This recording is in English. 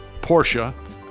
Porsche